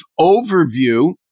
overview